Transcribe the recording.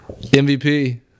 MVP